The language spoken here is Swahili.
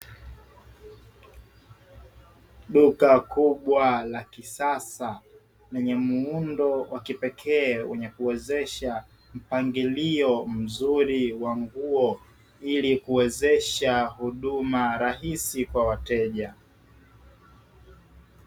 Duka kubwa la kisasa lenye muundo wa kipekee wenye kuwezesha mpangilio mzuri wa nguo, ili kuwezesha huduma rahisi kwa wateja.